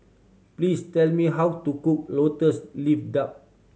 please tell me how to cook Lotus Leaf Duck